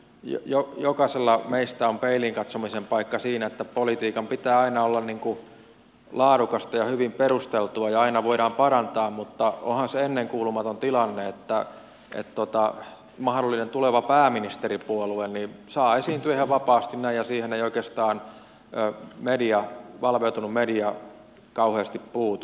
totta kai jokaisella meistä on peiliin katsomisen paikka siinä että politiikan pitää aina olla laadukasta ja hyvin perusteltua ja aina voidaan parantaa mutta onhan se ennenkuulumaton tilanne että mahdollinen tuleva pääministeripuolue saa esiintyä ihan vapaasti näin ja siihen ei oikeastaan valveutunut media kauheasti puutu